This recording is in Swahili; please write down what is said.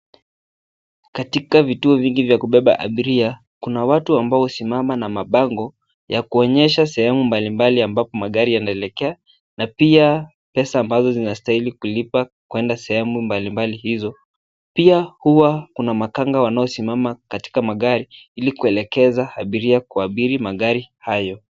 Katika vituo vingi vya kubeba abiria kuna watu ambao husimama na mabango ya kuonyesha sehemu mbalimbali ambapo magari yanaelekea na pia pesa ambazo zinastahili kulipa kuenda sehemu mbalimbali hizo. Pia huwa kuna makanga wanaosimama katika magari ili kuelekeza abiria kuabiri magari hayo.